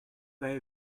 they